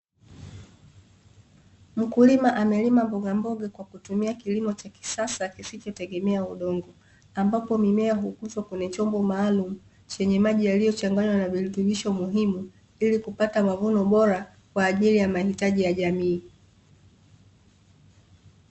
Mkulima amelima mbogamboga kwa kutumia kilimo cha kisasa kisichotegemea udongo ambapo mimea hukuzwa kwenye chombo maalumu chenye maji yaliyochanganywa na virutubisho muhimu ili kupata mavuno bora kwa ajili ya mahitaji ya jamii.